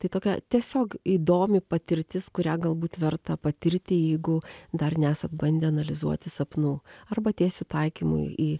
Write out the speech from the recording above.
tai tokia tiesiog įdomi patirtis kurią galbūt verta patirti jeigu dar nesat bandę analizuoti sapnų arba tiesiu taikymu į